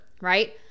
right